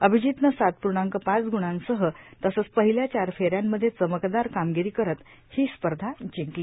अभिजितनं सात पूर्णांक पाच गुणांसह तसंच पहिल्या चार फेऱ्यांमध्ये चकमदार कामगिरी करत ही स्पर्धा जिंकली